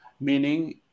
meaning